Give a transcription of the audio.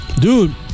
Dude